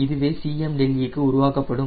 இதுவே Cme க்கு உருவாக்கப்படும்